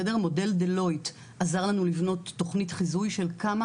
מודל Deloitte עזר לנו לבנות מודל חיזוי של כמה